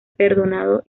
perdonado